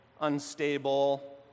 unstable